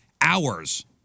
hours